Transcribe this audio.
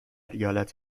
ایالت